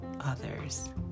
others